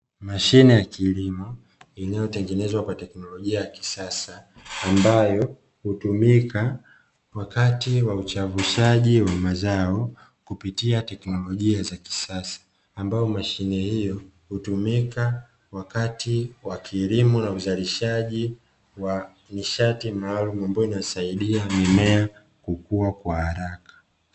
Mashine ya kilimo iliyotengenezwa kwa teknolojia ya kisasa ambayo hutumika wakati wa uchavushaji wa mazao kupitia teknolojia za kisasa, ambapo mashine hiyo hutumika wakati wa kilimo na uzalishaji wa nishati maalumu, ambayo inasaidia mimea kukua kwa haraka.